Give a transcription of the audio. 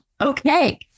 Okay